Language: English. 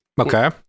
Okay